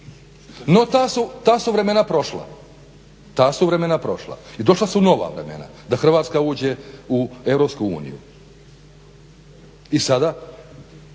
No ta su vremena prošla i došla su nova vremena, da Hrvatska uđe u Europsku